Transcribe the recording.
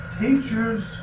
Teachers